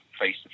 face